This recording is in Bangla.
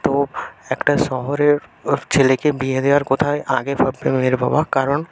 তো একটা শহরের ছেলেকে বিয়ে দেওয়ার কথাই আগে ভাববে মেয়ের বাবা কারণ